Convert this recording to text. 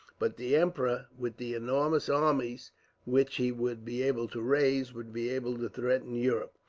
but the emperor, with the enormous armies which he would be able to raise, would be able to threaten europe.